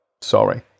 Sorry